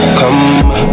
come